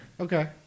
Okay